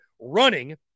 running